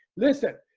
listen,